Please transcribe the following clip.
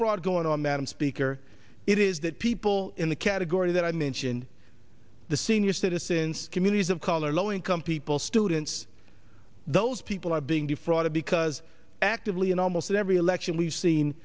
fraud going on madam speaker it is that people in the category that i mention the senior citizens communities of color low income people students those people are being defrauded because actively in almost every election we've seen